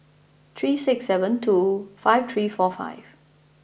three six seven two five three four five